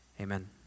amen